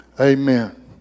amen